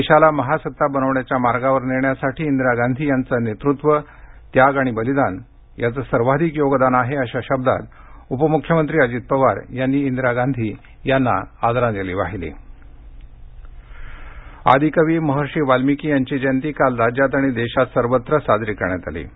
देशाला महासत्ता बनवण्याच्या मार्गावर नेण्यासाठी इंदिरा गांधी यांचे नेतृत्व त्याग आणि बलिदान याचं सर्वाधिक योगदान आहे अशा शब्दांत उपमुख्यमंत्री अजित पवार यांनी इंदिरा गांधी यांना आदरांजली वाहिली वाल्मिकी जयंती आदि कवी महर्षी वाल्मिकी यांची जयंती काल राज्यात आणि देशात सर्वत्र साजरी करण्यात आलि